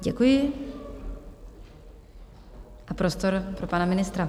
Děkuji a prostor pro pana ministra.